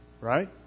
right